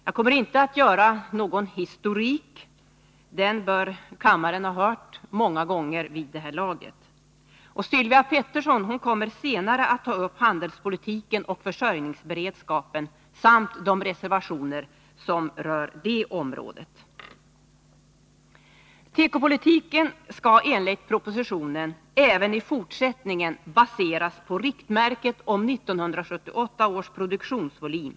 Jag kommer inte att redogöra för historiken — den bör kammaren ha hört många gånger vid det här laget. Sylvia Pettersson kommer senare att ta upp handelspolitiken och försörjningsberedskapen samt de reservationer som rör dessa områden. Tekopolitiken skall enligt propositionen även i fortsättningen baseras på riktmärket 1978 års produktionsvolym.